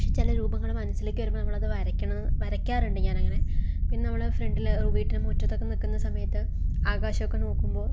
പക്ഷേ ചില രൂപങ്ങൾ മനസ്സിലേക്ക് വരുമ്പം നമ്മൾ അത് വരയ്ക്കണം വരയ്ക്കാറുണ്ട് ഞാൻ അങ്ങനെ പിന്നെ നമ്മൾ ഫ്രണ്ടിലെ വീട്ടിൻ്റെ മുറ്റത്തൊക്കെ നിൽക്കുന്ന സമയത്ത് ആകാശമൊക്കെ നോക്കുമ്പോൾ